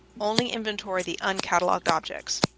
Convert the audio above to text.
only inventory the uncataloged objects.